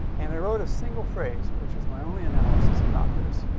and i wrote a single phrase, which was my only analysis about this,